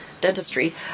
dentistry